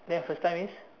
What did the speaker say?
then your first time is